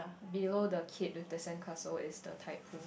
below the kid with the sand castle is the tide pool